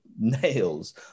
nails